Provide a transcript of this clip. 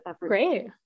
Great